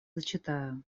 зачитаю